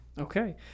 Okay